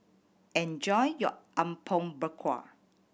enjoy your Apom Berkuah